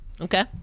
Okay